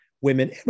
women